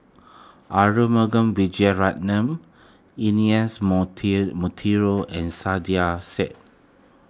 Arumugam Vijiaratnam Ernest Monteiro and Saiedah Said